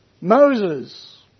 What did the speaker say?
Moses